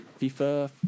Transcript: FIFA